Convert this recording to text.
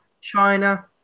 China